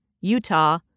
Utah